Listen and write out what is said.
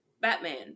Batman